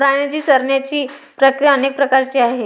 प्राण्यांची चरण्याची प्रक्रिया अनेक प्रकारची आहे